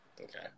okay